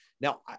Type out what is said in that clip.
Now